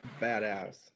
badass